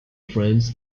friends